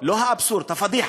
לא האבסורד, הפדיחה.